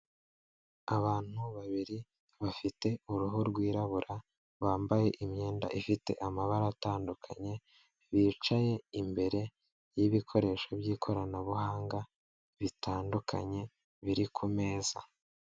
Abantu babiri bafite uruhu rwirabura, bambaye imyenda ifite amabara atandukanye, bicaye imbere y'ibikoresho by'ikoranabuhanga bitandukanye biri kumeza.